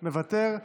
מוותר,